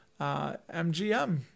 MGM